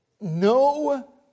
no